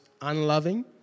unloving